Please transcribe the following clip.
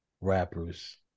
rappers